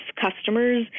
customers